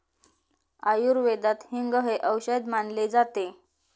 आयुर्वेदात हिंग हे औषध मानले जाते